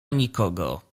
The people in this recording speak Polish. nikogo